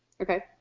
Okay